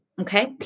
Okay